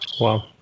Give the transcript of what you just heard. wow